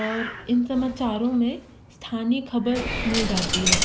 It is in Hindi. और इन समाचारों में स्थानीय खबर मिल जाती है